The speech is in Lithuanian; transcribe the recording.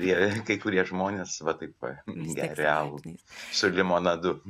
ir kai kurie žmonės va taip va geria alų su limonadu